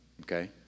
okay